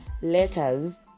letters